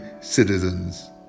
citizens